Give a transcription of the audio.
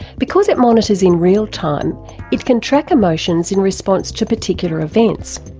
because it monitors in real time it can track emotions in response to particular events.